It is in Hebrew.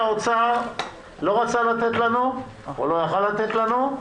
מה שהאוצר לא רצה לתת לנו או לא יכול היה לתת לנו,